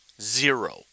Zero